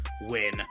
win